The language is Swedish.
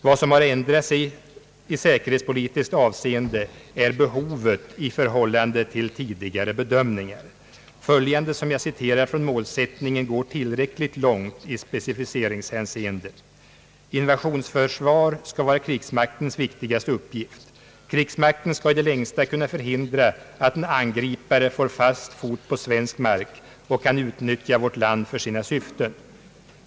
Vad som har ändrat sig i säkerhetspolitiskt avseende är behovet i förhållande till tidigare bedömningar. Följande, som jag citerar ur målsättningen, går tillräckligt långt i specificeringshänseende. »Invasionsförsvar skall vara krigsmaktens viktigaste uppgift. Krigsmakten skall i det längsta kunna förhindra att en angripare får fast fot på svensk mark och kan utnyttja vårt land för sina syften.